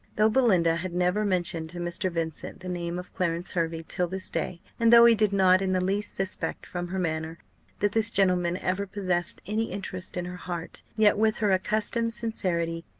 though belinda had never mentioned to mr. vincent the name of clarence hervey till this day, and though he did not in the least suspect from her manner that this gentleman ever possessed any interest in her heart yet, with her accustomed sincerity,